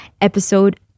episode